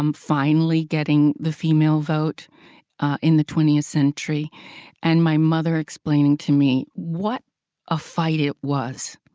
um finally, getting the female vote in the twentieth century and my mother explaining to me, what a fight it was.